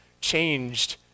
changed